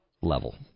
level